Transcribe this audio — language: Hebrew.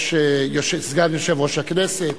סגן יושב-ראש הכנסת,